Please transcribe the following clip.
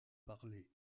parler